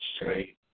straight